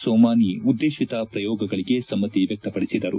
ಸೋಮಾನಿ ಉದ್ದೇಶಿತ ಪ್ರಯೋಗಗಳಿಗೆ ಸಮ್ಮತಿ ವ್ಯಕ್ತಪದಿಸಿದರು